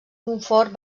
montfort